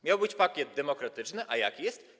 Miał być pakiet demokratyczny, a jaki jest?